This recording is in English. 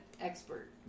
expert